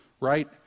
right